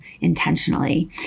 intentionally